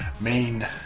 main